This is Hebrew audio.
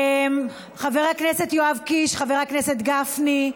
חבר הכנסת יואב קיש, חבר הכנסת גפני,